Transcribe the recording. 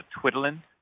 twiddling